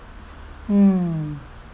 mm